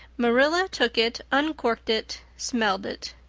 marilla took it, uncorked it, smelled it.